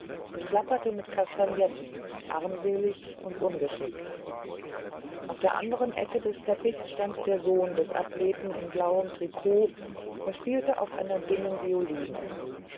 und klapperte mit kastagnetten armselig und ungeschickt auf der andern ecke des teppichs stand der sohn des athleten in blauem trikot und spielte auf einer dünnen violine